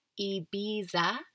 ibiza